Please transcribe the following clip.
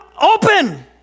open